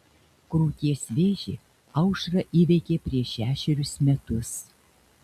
krūties vėžį aušra įveikė prieš šešerius metus